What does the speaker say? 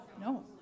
No